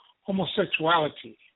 homosexuality